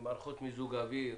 עם מערכות מיזוג אוויר,